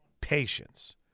Patience